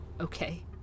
Okay